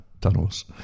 tunnels